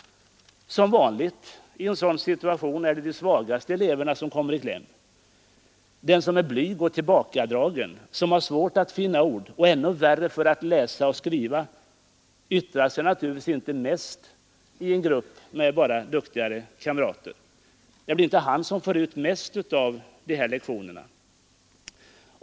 Som vanligt i en sådan situation är det de svagaste eleverna som kommer i kläm. Den som är blyg och tillbakadragen, som har svårt att finna ord och ändå värre för att läsa och skriva yttrar sig naturligtvis inte särskilt ofta i en grupp med bara duktigare kamrater. Det blir inte den eleven som får ut mest av dessa lektioner.